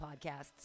podcasts